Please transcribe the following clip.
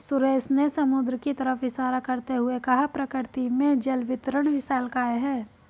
सुरेश ने समुद्र की तरफ इशारा करते हुए कहा प्रकृति में जल वितरण विशालकाय है